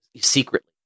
secretly